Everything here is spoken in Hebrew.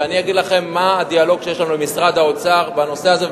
ואני אגיד לכם מה הדיאלוג שיש לנו עם משרד האוצר בנושא הזה,